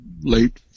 late